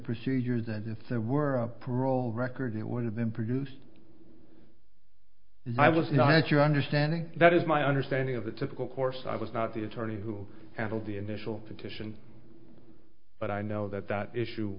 procedures and if there were a parole record it would have been produced i was not your understanding that is my understanding of the typical course i was not the attorney who handled the initial petition but i know that the issue